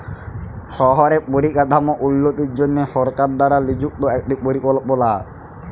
শহরে পরিকাঠাম উল্যতির জনহে সরকার দ্বারা লিযুক্ত একটি পরিকল্পলা